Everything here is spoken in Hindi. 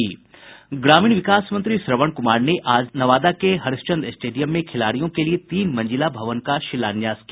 ग्रामीण विकास मंत्री श्रवण कुमार ने आज नवादा के हरिश्चन्द्र स्टेडियम में खिलाड़ियों के लिए तीन मंजिला भवन का शिलान्यास किया